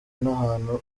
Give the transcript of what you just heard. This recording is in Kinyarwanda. n’ahantu